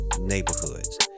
neighborhoods